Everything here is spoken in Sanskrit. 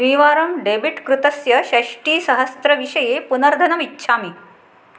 द्वीवारं डेबिट् कृतस्य षष्ठीसहस्रविषये पुनर्धनमिच्छामि